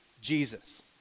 Jesus